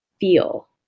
feel